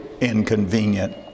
inconvenient